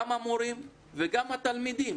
גם המורים וגם התלמידים.